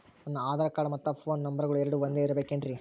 ನನ್ನ ಆಧಾರ್ ಕಾರ್ಡ್ ಮತ್ತ ಪೋನ್ ನಂಬರಗಳು ಎರಡು ಒಂದೆ ಇರಬೇಕಿನ್ರಿ?